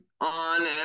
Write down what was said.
on